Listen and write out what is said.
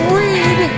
read